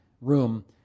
room